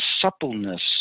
suppleness